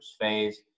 phase